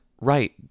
Right